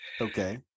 Okay